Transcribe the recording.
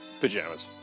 pajamas